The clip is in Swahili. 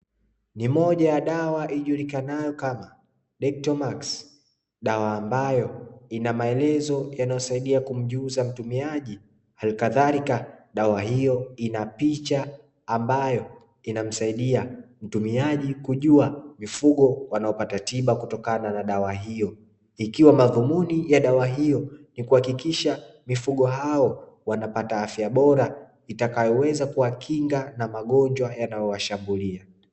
Ni moja ya dawa ijulikanayo ''Dectomax'' dawa ambayo ina maelezo yanayosaidia kumjuza mtumiaji halikadhalika dawa hiyo ina picha ambayo inamsaidia mtumiaji kujua mifugo wanaopata tiba kutokana na dawa hiyo ikiwa madhumuni ya dawa hiyo ni kuhakikisha mifugo hao wanapata afya bora itakayoweza kuwakinga na magonjwa yanayowashambulia.